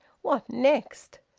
what next?